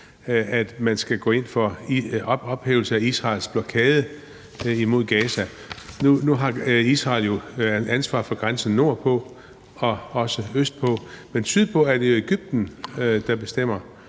at man skal gå ind for en ophævelse af Israels blokade imod Gaza. Nu har Israel jo ansvaret for grænsen nordpå og også østpå, men sydpå er det jo Egypten, der bestemmer,